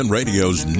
Radio's